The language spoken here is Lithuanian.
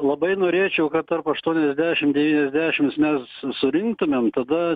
labai norėčiau kad tarp aštuoniasdešim devyniadešims mes surinktumėm tada